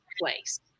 place